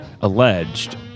alleged